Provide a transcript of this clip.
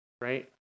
Right